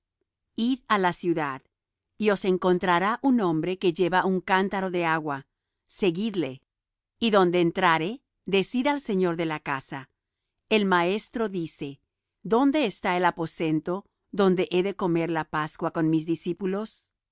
id á la ciudad y os encontrará un hombre que lleva un cántaro de agua seguidle y donde entrare decid al señor de la casa el maestro dice dónde está el aposento donde he de comer la pascua con mis discípulos y